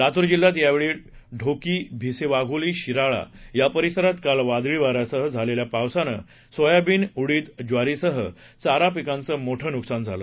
लातूर जिल्ह्यात येळी ढोकी भिसेवाघोली शिराळा या परिसरात काल वादळी वाऱ्यासह झालेल्या पावसानं सोयाबीन उडीद ज्वारीसह चारा पिकांचं मोठं नुकसान झालं